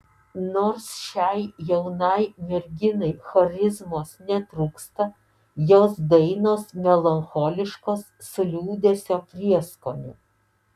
nors šiai jaunai merginai charizmos netrūksta jos dainos melancholiškos su liūdesio prieskoniu